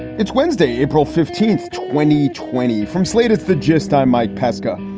it's wednesday, april fifteenth, twenty twenty from slate's the gist. i'm mike pesca.